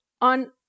on